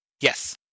Yes